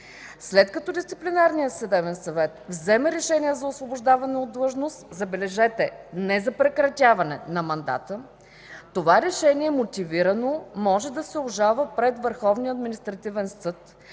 След като Дисциплинарният съдебен съвет вземе решение за освобождаване от длъжност – забележете, не за прекратяване на мандата, това решение мотивирано може да се обжалва пред Върховния административен съд,